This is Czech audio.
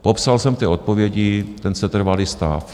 Popsal jsem ty odpovědi, ten setrvalý stav.